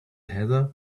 heather